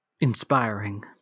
inspiring